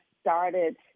started